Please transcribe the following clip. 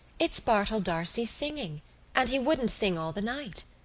it's bartell d'arcy singing and he wouldn't sing all the night.